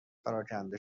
پراکنده